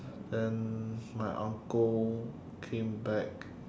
and my uncle came back